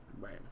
Right